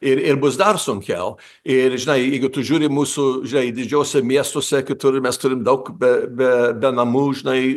ir ir bus dar sunkiau ir jeigu tu žiūri mūsų žinai didžiuose miestuose kitur mes turim daug be be be namų žinai